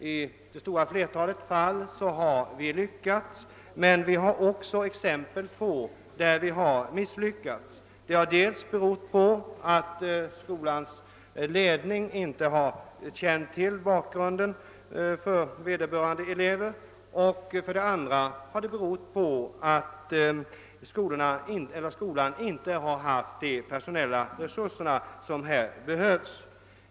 I det stora flertalet fall har vi lyckats lösa problemen men det finns också exempel på att vi har misslyckats. Det har berott på dels att skolans ledning inte har känt till vederbörande elevers - bakgrund, dels att skolan inte har haft de personella resurser som behövs.